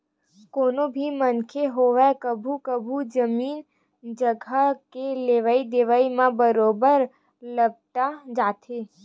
कोनो भी मनखे होवय कभू कभू जमीन जघा के लेवई देवई म बरोबर लपटा जाथे